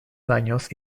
daños